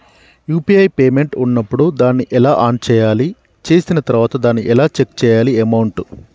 UPI payment ఉన్నప్పుడు దాన్ని ఎలా ఆన్ చేయాలి? చేసిన తర్వాత దాన్ని ఎలా చెక్ చేయాలి అమౌంట్?